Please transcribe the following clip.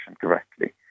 correctly